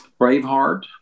Braveheart